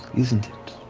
isn't it?